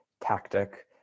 tactic